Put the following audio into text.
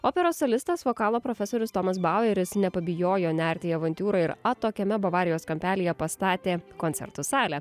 operos solistas vokalo profesorius tomas baueris nepabijojo nerti į avantiūrą ir atokiame bavarijos kampelyje pastatė koncertų salę